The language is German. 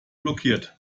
blockiert